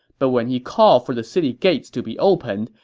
but when he called for the city gates to be opened,